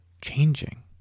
changing